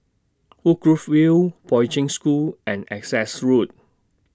Woodgrove View Poi Ching School and Essex Road